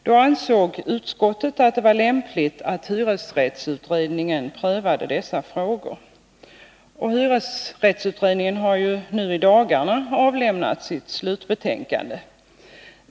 Då ansåg utskottet att det var lämpligt att hyresrättsutredningen prövade dessa frågor. Hyresrättsutredningen har i dagarna avlämnat sitt slutbetänkande.